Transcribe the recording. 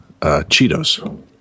Cheetos